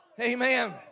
Amen